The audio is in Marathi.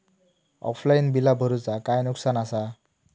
ऑफलाइन बिला भरूचा काय नुकसान आसा?